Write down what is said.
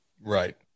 Right